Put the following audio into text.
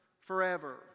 forever